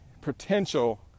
potential